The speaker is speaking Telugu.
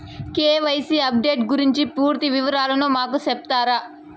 కె.వై.సి అప్డేషన్ గురించి పూర్తి వివరాలు మాకు సెప్తారా?